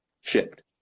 shipped